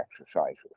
exercises